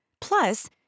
Plus